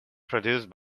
produced